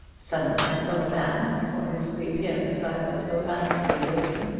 suddenly i saw the man, for whose reappearance i was so earnestly waiting,